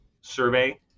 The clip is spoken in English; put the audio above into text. survey